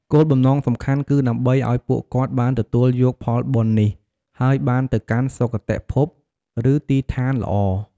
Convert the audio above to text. គោលបំណងសំខាន់គឺដើម្បីឲ្យពួកគាត់បានទទួលយកផលបុណ្យនេះ ហើយបានទៅកាន់សុគតិភព ឬទីឋានល្អ។